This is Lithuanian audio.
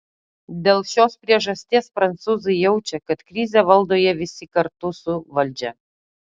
dėl šios priežasties prancūzai jaučia kad krizę valdo jie visi kartu su valdžia